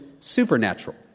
supernatural